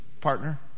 partner